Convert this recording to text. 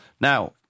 Now